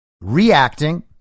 reacting